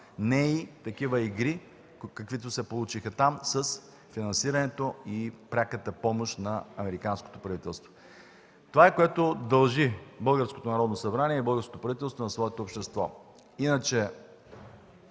Не и такива игри, каквито се получиха там с финансирането и пряката помощ на американското правителство. Това е, което дължи българското Народно